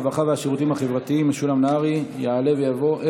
הרווחה והשירותים החברתיים משולם נהרי יעלה ויבוא.